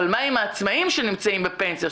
אבל מה עם העצמאים שנמצאים בפנסיה?